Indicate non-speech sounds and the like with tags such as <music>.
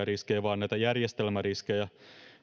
<unintelligible> riskejä vaan näitä järjestelmäriskejä